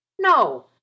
No